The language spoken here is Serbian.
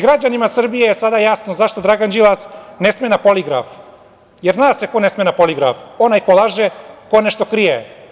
Građanima Srbije je sada jasno zašto Dragan Đilas ne sme na poligraf, jer zna se ko ne sme na poligraf, onaj ko laže, ko nešto krije.